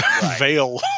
veil